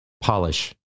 polish